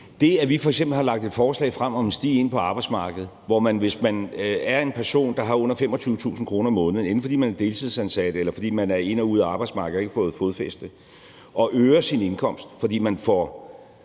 Det, at vi f.eks. har lagt et forslag frem om en sti ind på arbejdsmarkedet, hvor man, hvis man er en person, der har under 25.000 kr. om måneden, enten fordi man er deltidsansat, eller fordi man er ind og ud af arbejdsmarkedet og ikke har fået fodfæste, og øger sin indkomst, fordi man får